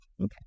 Okay